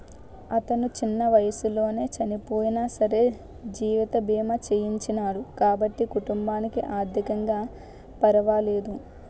అతను చిన్న వయసులోనే చనియినా సరే జీవిత బీమా చేయించినాడు కాబట్టి కుటుంబానికి ఆర్ధికంగా పరవాలేదు